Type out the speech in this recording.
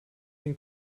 den